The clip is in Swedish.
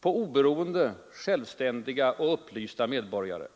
på oberoende, självständiga och upplysta medborgare.